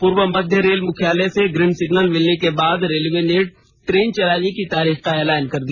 पूर्व मध्य रेल मुख्यालय से ग्रीन सिग्नल मिलने के बाद रेलवे ने ट्रेन चलाने की तारीख का एलान कर दिया